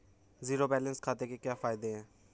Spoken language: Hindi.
ज़ीरो बैलेंस खाते के क्या फायदे हैं?